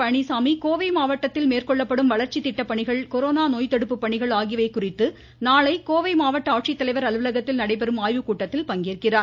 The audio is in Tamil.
பழனிசாமி கோவை மாவட்டத்தில் மேற்கொள்ளப்படும் வளர்ச்சி திட்டப்பணிகள் கொரோனா நோய் தடுப்பு பணிகள் ஆகியவை குறித்து நாளை கோவை மாவட்ட ஆட்சித்தலைவர் அலுவலகத்தில் நடைபெறும் ஆய்வுக்கூட்டத்தில் பங்கேற்கிறார்